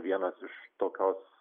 vienas iš tokios